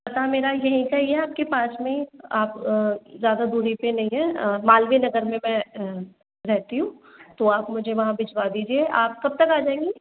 पता मेरा यहीं का ही है आपके पास में आप ज़्यादा दूरी पर नहीं है मालवीय नगर में मैं रहती हूँ तो आप मुझे वहाँ भिजवा दीजिए आप कब तक आ जायेंगे